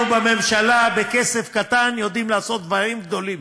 בממשלה, בכסף קטן יודעים לעשות דברים גדולים.